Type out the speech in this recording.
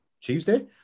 Tuesday